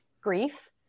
grief